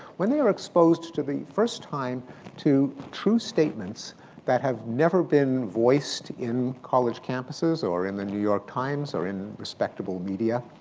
when they are exposed the first time to true statements that have never been voiced in college campuses or in the new york times or in respectable media,